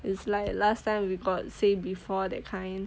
it's like last time we got say before that kind